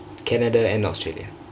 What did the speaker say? canada and australia